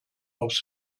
aufs